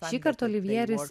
šįkart olivjeris